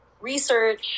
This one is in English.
research